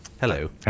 Hello